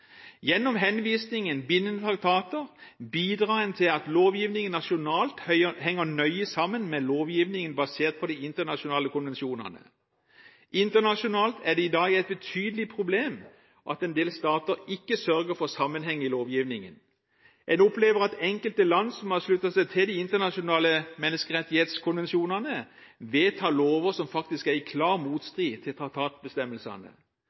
Gjennom henvisningen «bindende traktater» bidrar en til at lovgivningen nasjonalt henger nøye sammen med lovgivningen basert på de internasjonale konvensjonene. Internasjonalt er det i dag et betydelig problem at en del stater ikke sørger for sammenheng i lovgivningen. En opplever at enkelte land som har sluttet seg til de internasjonale menneskerettighetskonvensjonene, vedtar lover som faktisk er i klar